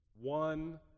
one